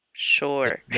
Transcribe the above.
sure